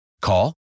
Call